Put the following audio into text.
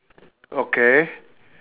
okay